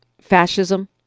fascism